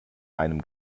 einem